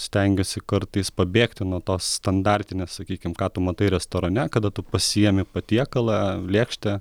stengiuosi kartais pabėgti nuo to standartinio sakykim ką tu matai restorane kada tu pasiėmi patiekalą lėkštę